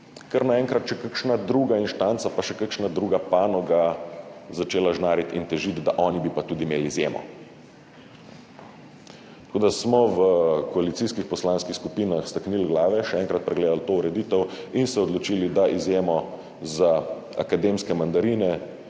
kar naenkrat še kakšne druge instance in še kakšne druge panoge začele žnariti in težiti, da bi pa tudi oni imeli izjemo, tako da smo v koalicijskih poslanskih skupinah staknili glave, še enkrat pregledali to ureditev in se odločili, da izjemo za akademske mandarine